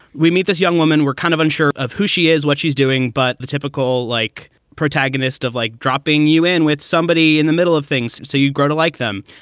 we meet this young woman. we're kind of unsure of who she is, what she's doing. but the typical, like protagonist of like dropping you in with somebody in the middle of things so you grow to like them.